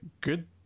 good